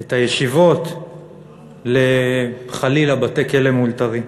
את הישיבות, חלילה, לבתי-כלא מאולתרים.